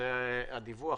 זה הדיווח.